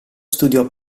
studiò